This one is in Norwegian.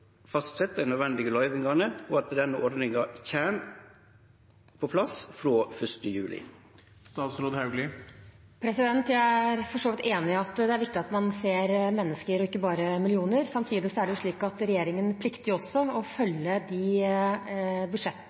og at denne ordninga kjem på plass frå 1. juli. Jeg er for så vidt enig i at det er viktig at man ser mennesker og ikke bare millioner. Samtidig plikter også regjeringen å følge de budsjettvedtakene som Stortinget faktisk har fattet. Dette er